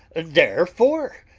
therefore,